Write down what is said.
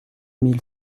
mille